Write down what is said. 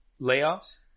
layoffs